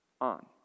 on